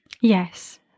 Yes